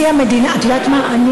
את יודעת מה,